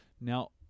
Now